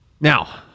Now